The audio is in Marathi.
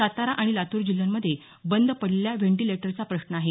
सातारा आणि लातूर जिल्ह्यांमध्ये बंद पडलेल्या व्हेंटिलेटरचा प्रश्न आहे